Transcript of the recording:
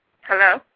Hello